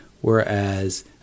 whereas